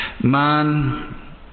Man